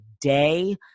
day